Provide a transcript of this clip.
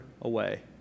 away